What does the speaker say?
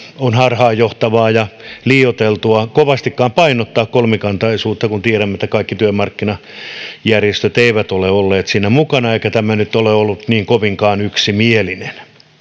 on harhaanjohtavaa ja liioiteltua kovastikaan painottaa kolmikantaisuutta kun tiedämme että kaikki työmarkkinajärjestöt eivät ole olleet siinä mukana eikä tämä nyt ole ollut niin kovinkaan yksimielinen